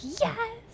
yes